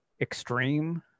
extreme